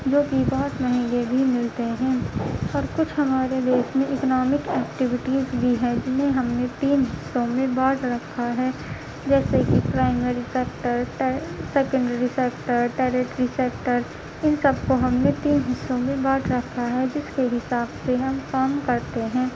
جو کہ بہت مہنگے بھی ملتے ہیں اور کچھ ہمارے دیش میں اکنامک اکٹیوٹیز بھی ہے جنہیں ہم نے تین حصوں میں بانٹ رکھا ہے جیسے کہ primary sector secondary sector tertiary sector ان سب کو ہم نے تین حصوں میں بانٹ رکھا ہے جس کے حساب سے ہم کام کرتے ہیں